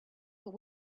but